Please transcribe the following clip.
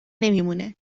نمیمونه